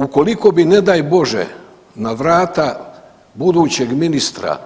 Ukoliko bi ne daj Bože na vrata budućeg ministra